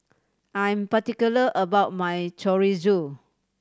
I am particular about my Chorizo